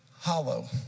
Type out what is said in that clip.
hollow